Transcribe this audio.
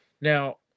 Now